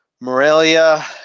Morelia